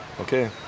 Okay